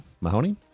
Mahoney